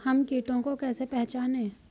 हम कीटों को कैसे पहचाने?